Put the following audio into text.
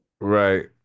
right